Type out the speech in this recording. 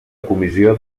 comissió